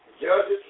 Judges